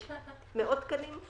יש מאות תקנים.